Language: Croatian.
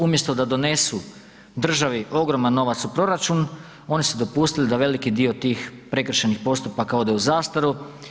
Umjesto da donesu državi ogroman novac u proračun oni su dopustili da veliki dio tih prekršajnih postupaka ode u zastaru.